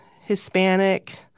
Hispanic